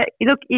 look